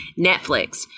Netflix